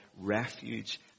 refuge